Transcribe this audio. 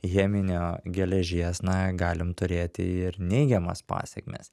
cheminio geležies na galim turėti ir neigiamas pasekmes